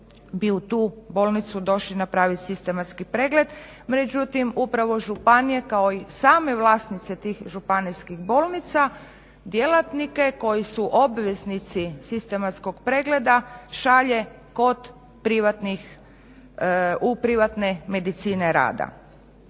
bi u tu bolnicu došli napraviti sistematski pregled. Međutim, upravo županije kao i same vlasnice tih županijskih bolnica djelatnike koji su obveznici sistematskog pregleda šalje u privatne medicine rada.